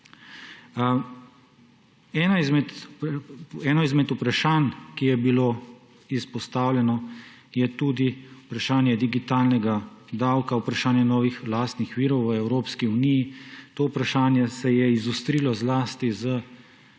Eno izmed vprašanj, ki je bilo izpostavljeno, je tudi vprašanje digitalnega davka, vprašanje novih lastnih virov v Evropski uniji. To vprašanje se je izostrilo zlasti z